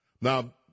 Now